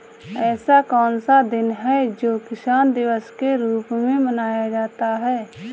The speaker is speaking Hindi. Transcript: ऐसा कौन सा दिन है जो किसान दिवस के रूप में मनाया जाता है?